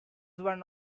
one